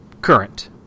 current